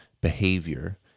behavior